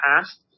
past